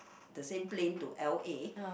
the same plane to L_A